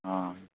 ହଁ